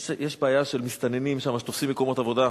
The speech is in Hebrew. יש בעיה של מסתננים שם שתופסים מקומות עבודה.